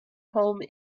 home